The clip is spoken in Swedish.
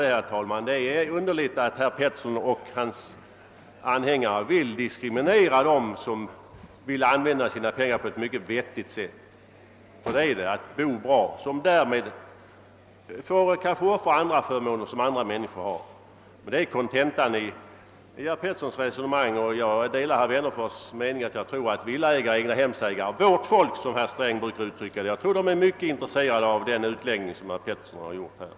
Det är, herr talman, underligt — jag upprepar det — att herr Pettersson i Lund och hans anhängare vill diskriminera dem som vill använda sina pengar på ett mycket vettigt sätt, ty det är det att bo bra. De får kanske därigenom offra andra förmåner som andra människor har. Men det är kontentan i herr Petterssons resonemang. Jag delar herr Wennerfors” mening att villaägare och egnahemsägare — vårt folk som herr Sträng brukar uttrycka det — nog är intresserade av den ut läggning som herr Pettersson här har presterat.